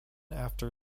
after